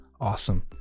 awesome